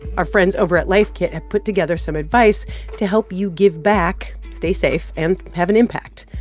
our friends over at life kit have put together some advice to help you give back, stay safe and have an impact.